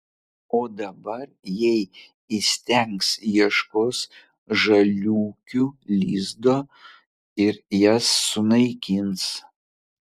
o dabar jei įstengs ieškos žaliūkių lizdo ir jas sunaikins